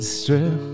strip